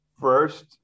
First